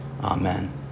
Amen